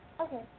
Okay